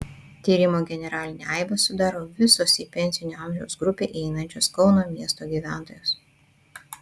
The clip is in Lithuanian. tyrimo generalinę aibę sudaro visos į pensinio amžiaus grupę įeinančios kauno miesto gyventojos